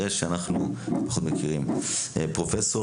פרופ'